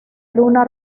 luna